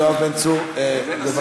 חבר הכנסת יואב בן צור, בבקשה.